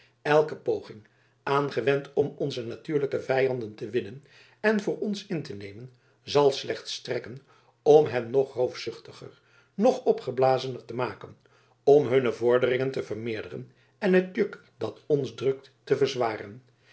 elke poging aangewend om onze natuurlijke vijanden te winnen en voor ons in te nemen zal slechts strekken om hen nog roofzuchtiger nog opgeblazener te maken om hunne vorderingen te vermeerderen en het juk dat ons drukt te verzwaren